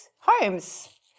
homes